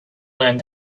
learned